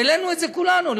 העלינו את זה כולנו.